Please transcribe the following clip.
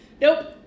nope